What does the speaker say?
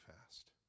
fast